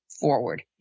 forward